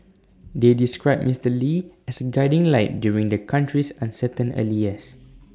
they described Mister lee as A guiding light during the country's uncertain early years